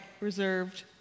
reserved